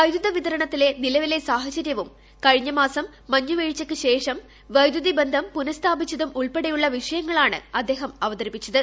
വൈദ്യുതി പ്പിത്ർണത്തിലെ നിലവിലെ സാഹചര്യവും കഴിഞ്ഞ മാസംക് മട്ഞ്തു വീഴ്ചയ്ക്കു ശേഷം വൈദ്യുതി ബന്ധം പുന്ടിസ്ഥാപിച്ചതും ഉൾപ്പെടെയുള്ള വിഷയങ്ങളാണ് അദ്ദേഹം അവതരിപ്പിച്ചത്